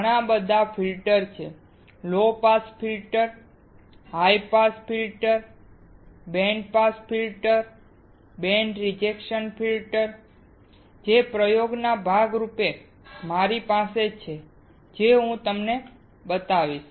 ઘણા પ્રકારના ફિલ્ટર છે low pass filter high pass filter band pass filter band reject filter જે પ્રયોગના ભાગરૂપે મારી પાસે છે જે હું તમને બતાવીશ